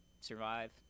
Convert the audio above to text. survive